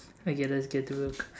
okay let's get to work